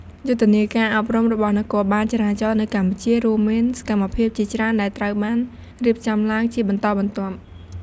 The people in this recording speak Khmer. យុទ្ធនាការអប់រំរបស់នគរបាលចរាចរណ៍នៅកម្ពុជា រួមមានសកម្មភាពជាច្រើនដែលត្រូវបានរៀបចំឡើងជាបន្តបន្ទាប់។